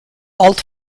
old